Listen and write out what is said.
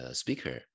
speaker